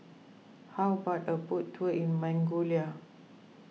how about a boat tour in Mongolia